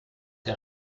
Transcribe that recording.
der